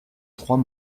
trois